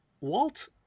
Walt